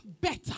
better